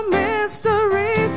mystery